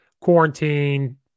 quarantine